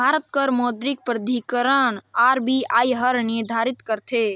भारत कर मौद्रिक प्राधिकरन आर.बी.आई हर निरधारित करथे